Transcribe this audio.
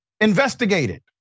investigated